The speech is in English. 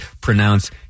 pronounce